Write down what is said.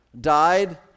died